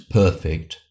perfect